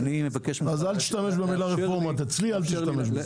אז אל תשתמש במילה רפורמה, אצלי אל תשתמש בזה.